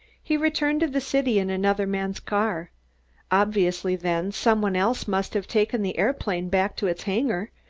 he returned to the city in another man's car obviously, then, some one else must have taken the aeroplane back to its hangar,